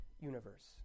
universe